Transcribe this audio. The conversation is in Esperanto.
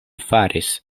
faris